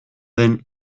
den